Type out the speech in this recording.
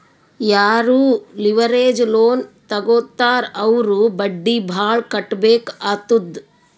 ಯಾರೂ leverage loan ತಗೋತ್ತಾರ್ ಅವ್ರು ಬಡ್ಡಿ ಭಾಳ್ ಕಟ್ಟಬೇಕ್ ಆತ್ತುದ್